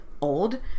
Old